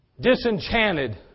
Disenchanted